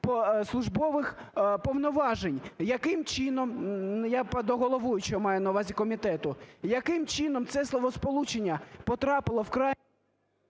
службових повноважень. Яким чином, я до головуючого, маю на увазі, комітету, яким чином це словосполучення потрапило в…